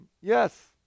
yes